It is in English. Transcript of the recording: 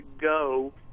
go